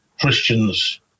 Christians